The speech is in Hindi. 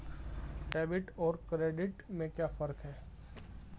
डेबिट और क्रेडिट में क्या फर्क है?